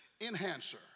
enhancer